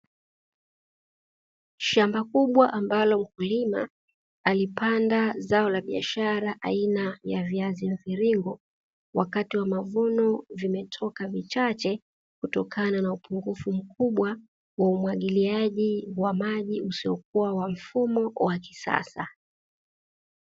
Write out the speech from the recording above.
Shamba kubwa ambalo mkulima alipanda zao la biashara aina ya viazi mviringo, wakati wa mavuno vimetoka vichache kutokana na upungufu mkubwa wa umwagiliaji wa maji usiokuwa wa mfumo wa kisasa.